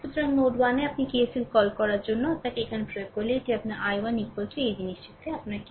সুতরাং নোড 1 এ আপনি KCL কল করার জন্য আপনাকে এখানে প্রয়োগ করলে এটি আপনার I1 এই জিনিসটিতে আপনার কী